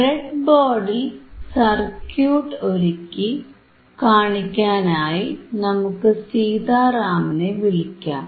ബ്രെഡ്ബോർഡിൽ സർക്യൂട്ട് ഒരുക്കി കാണിക്കാനായി നമുക്ക് സീതാറാമിനെ വിളിക്കാം